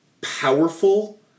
powerful